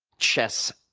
chess,